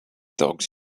dogs